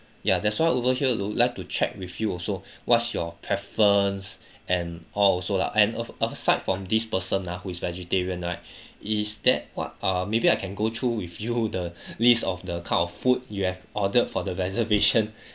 ya that's why over here will like to check with you also what's your preference and all also lah and uh aside from this person ah who is vegetarian right is that what uh maybe I can go through with you the list of the kind of food you have ordered for the reservation